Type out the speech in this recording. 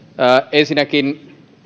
ensinnäkin